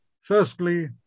Firstly